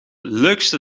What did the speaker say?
leukste